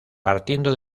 partiendo